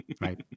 right